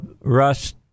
Russ